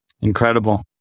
Incredible